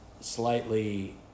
slightly